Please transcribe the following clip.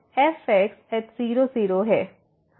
तो यह fx 00 है